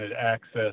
access